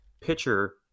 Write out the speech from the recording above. pitcher